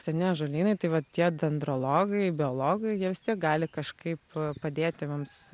seni ąžuolynai tai va tie dendrologai biologai jie vis tiek gali kažkaip padėti mums